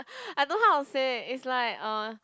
I don't know how to say it's like uh